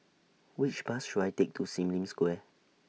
Which Bus should I Take to SIM Lim Square